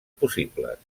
possibles